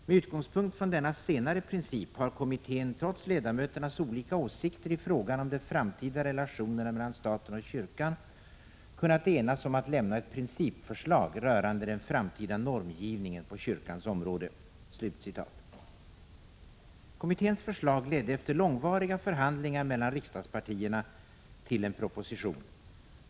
Med utgångspunkt från denna senare princip har kommittén trots ledamöternas olika åsikter i frågan om de framtida relationerna mellan staten och kyrkan kunnat enas om att lämna ett principförslag rörande den framtida normgivningen på kyrkans område.” Kommitténs förslag ledde efter långvariga förhandlingar mellan riksdagspartierna till en proposition.